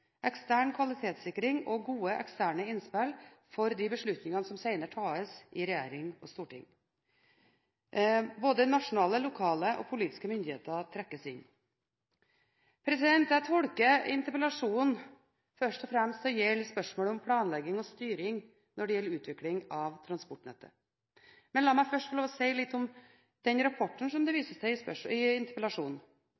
ekstern kvalitetssikring og gode eksterne innspill for de beslutningene som senere tas i regjering og i storting. Både nasjonale, lokale og politiske myndigheter trekkes inn. Jeg tolker interpellasjonen først og fremst til å gjelde spørsmål om planlegging og styring når det gjelder utvikling av transportnettet. Men la meg først få lov å si litt om den rapporten som det